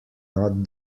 not